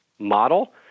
model